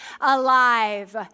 alive